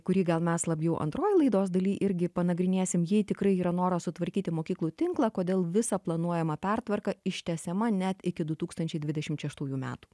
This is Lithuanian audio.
kurį gal mes labjau antroj laidos daly irgi panagrinėsim jei tikrai yra noras sutvarkyti mokyklų tinklą kodėl visa planuojama pertvarka ištęsiama net iki du tūkstančiai dvidešim šeštųjų metų